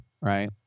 right